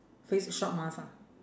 face shop mask ah